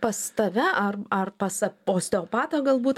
pas tave ar ar pas osteopatą galbūt